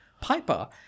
Piper